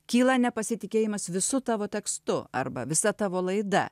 kyla nepasitikėjimas visu tavo tekstu arba visa tavo laida